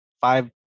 five